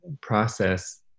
process